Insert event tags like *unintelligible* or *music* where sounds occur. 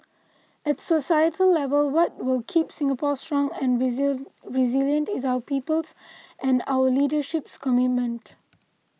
at societal level what will keep Singapore strong and *unintelligible* resilient is our people's and our leadership's commitment